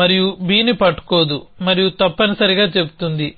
మరియు Bని పట్టుకోదు మరియు తప్పనిసరిగా చెబుతుంది